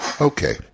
Okay